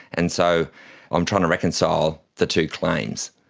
and so i'm trying to reconcile the two claims.